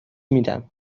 میدم